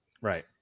Right